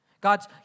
God's